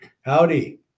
Howdy